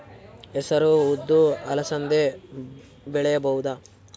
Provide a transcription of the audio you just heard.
ಹೆಸರು ಉದ್ದು ಅಲಸಂದೆ ಬೆಳೆಯಬಹುದಾ?